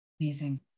Amazing